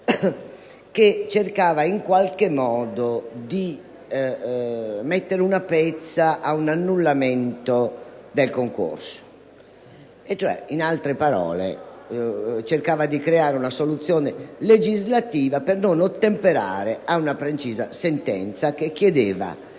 che cercava di rimediare in qualche modo all'annullamento del concorso. In altre parole, si cercava di creare una soluzione legislativa per non ottemperare a una precisa sentenza che chiedeva